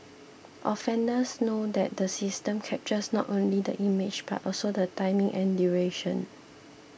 offenders know that the system captures not only the image but also the timing and duration